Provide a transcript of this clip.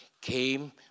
came